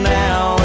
now